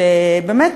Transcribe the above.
שבאמת,